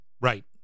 Right